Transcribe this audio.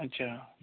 अच्छा